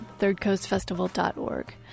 thirdcoastfestival.org